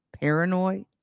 paranoid